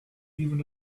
even